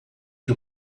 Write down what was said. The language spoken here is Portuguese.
que